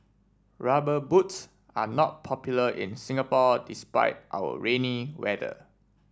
rubber boots are not popular in Singapore despite our rainy weather